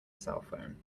cellphone